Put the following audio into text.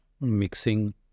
mixing